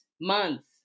months